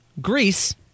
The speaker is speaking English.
Greece